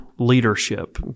leadership